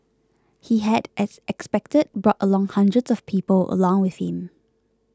he had as expected brought along hundreds of people along with him